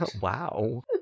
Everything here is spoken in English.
wow